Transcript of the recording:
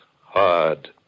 hard